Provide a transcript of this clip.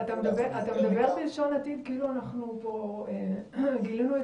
אתה מדבר בלשון עתיד כאילו שגילינו את